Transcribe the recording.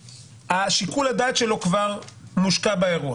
שיקול הדעת שלו כבר מושקע באירוע.